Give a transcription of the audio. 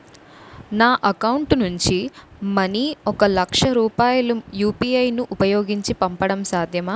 నా అకౌంట్ నుంచి మనీ ఒక లక్ష రూపాయలు యు.పి.ఐ ను ఉపయోగించి పంపడం సాధ్యమా?